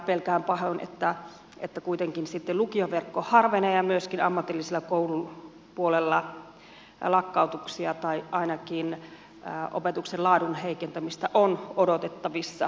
pelkään pahoin että kuitenkin sitten lukioverkko harvenee ja myöskin ammatillisen koulun puolella lakkautuksia tai ainakin opetuksen laadun heikentämistä on odotettavissa